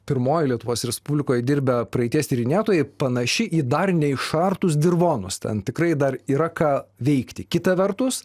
pirmoji lietuvos respublikoj dirbę praeities tyrinėtojai panaši į dar neišartus dirvonus ten tikrai dar yra ką veikti kita vertus